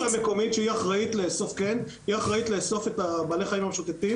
הרשות המקומית שהיא אחראית לאסוף את בעלי החיים המשוטטים